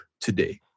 today